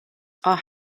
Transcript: are